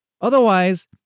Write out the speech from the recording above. Otherwise